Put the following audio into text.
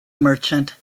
merchant